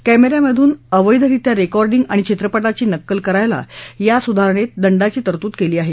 कॅमे यामधून अवैधरित्या रेकाँडिंग आणि चित्रपटाची नक्कल करायला या सुधारणेत दंडाची तरतूद केली आहे